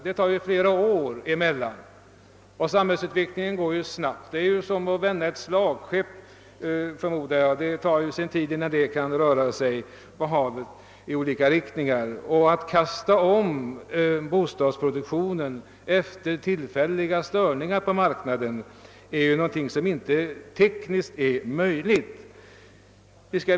Det tar flera år och samhällsutvecklingen går snabbt. Jag förmodar att det kan liknas vid att vända ett slagskepp, ty det tar ju sin tid när ett sådant skall ändra riktning. Att kasta om bostadsproduktionen efter tillfälliga störningar på marknaden är tekniskt omöjligt.